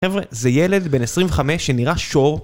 חבר'ה זה ילד בן 25 שנראה שור